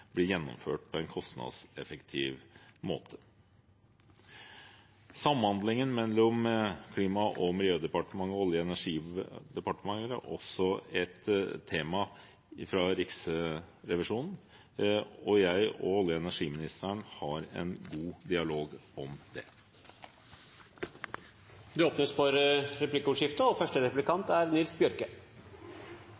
blir gjennomført på en kostnadseffektiv måte. Samhandlingen mellom Klima- og miljødepartementet og Olje- og energidepartementet er også et tema fra Riksrevisjonen, og jeg og olje- og energiministeren har en god dialog om det. Det blir replikkordskifte.